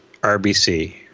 RBC